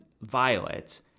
Violet